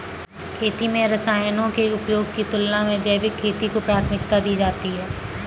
खेती में रसायनों के उपयोग की तुलना में जैविक खेती को प्राथमिकता दी जाती है